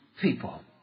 people